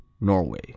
Norway